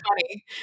funny